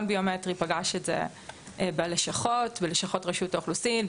ביומטרי פגש את זה בלשכות רשות האוכלוסין,